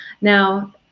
now